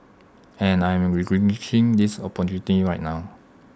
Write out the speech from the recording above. and I am this opportunity right now